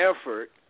effort